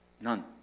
None